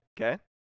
Okay